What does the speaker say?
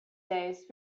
days